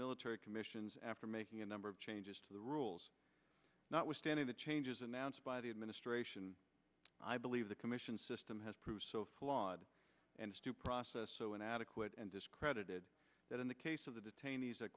military commissions after making a number of changes to the rules notwithstanding the changes announced by the administration i believe the commission system has proved flawed and stew process so inadequate and discredited that in the case of the detainees at